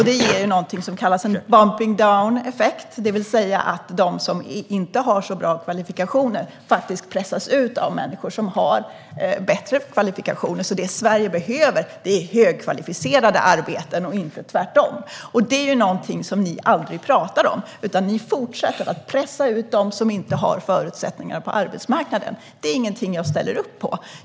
Det ger något som kallas bumping down-effekt, det vill säga att de som inte har så bra kvalifikationer faktiskt pressas ut av människor som har bättre kvalifikationer. Det Sverige behöver är högkvalificerade arbeten, inte tvärtom. Detta är något ni aldrig pratar om, utan ni fortsätter att pressa ut dem som inte har förutsättningar på arbetsmarknaden. Det är inget jag ställer upp på.